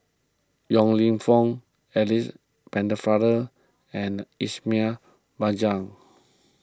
Yong Lew Foong Alice Pennefather and Ismail Marjan